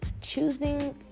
choosing